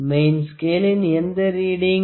main ஸ்கேளின் எந்த reading